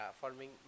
forming